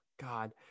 God